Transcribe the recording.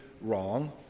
wrong